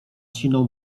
siną